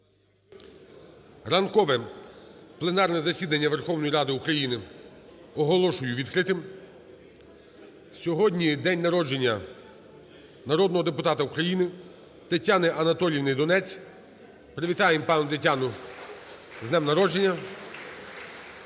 Ранкове пленарне засідання Верховної Ради України оголошую відкритим. Сьогодні день народження народного депутата України Тетяни Анатоліївни Донець. Привітаємо пані Тетяну з днем народження.